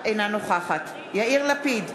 אינה נוכחת יאיר לפיד,